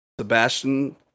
Sebastian